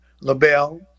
labelle